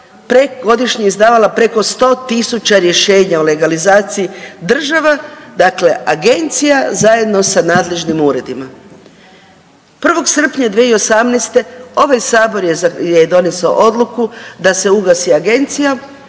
godišnje izdavala preko 100.000 rješenja o legalizaciji država, dakle agencija zajedno sa nadležnim uredima. 1. srpnja 2018. ovaj sabor je donesao odluku da se ugasi agencija,